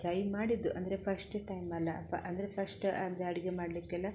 try ಮಾಡಿದ್ದು ಅಂದರೆ first time ಅಲ್ಲ ಫ ಅಂದರೆ ಫಸ್ಟ್ ಅಂದರೆ ಅಡುಗೆ ಮಾಡಲಿಕ್ಕೆಲ್ಲ